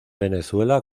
venezuela